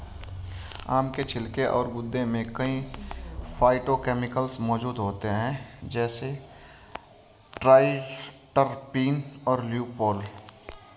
आम के छिलके और गूदे में कई फाइटोकेमिकल्स मौजूद होते हैं, जैसे ट्राइटरपीन, ल्यूपोल